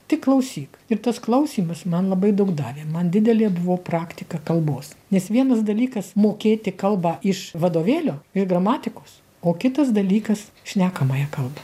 tik klausyk ir tas klausymas man labai daug davė man didelė buvo praktika kalbos nes vienas dalykas mokėti kalbą iš vadovėlio iš gramatikos o kitas dalykas šnekamąją kalbą